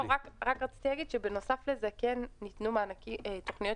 רציתי להגיד שבנוסף לזה כן ניתנו תכניות